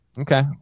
Okay